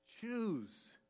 choose